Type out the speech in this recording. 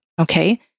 okay